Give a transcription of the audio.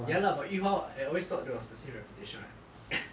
ya lah but yu hua I always thought it was the same reputation [what]